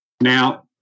Now